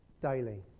daily